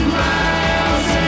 miles